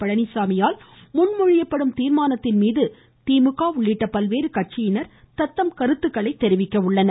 பழனிச்சாமியால் முன்மொழியப்படும் தீர்மானத்தின்மீது திமுக உள்ளிட்ட பல்வேறு கட்சியினர் கருத்து தெரிவிக்க உள்ளனர்